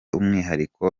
umwihariko